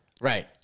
Right